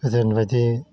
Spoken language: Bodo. गोदोनि बायदि